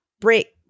break